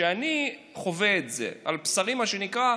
ואני חווה את זה על בשרי, מה שנקרא,